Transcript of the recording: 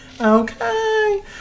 Okay